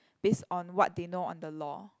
base on what they know on the law